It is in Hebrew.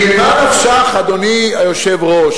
כי ממה נפשך, אדוני היושב-ראש?